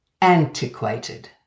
Antiquated